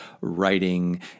writing